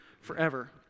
forever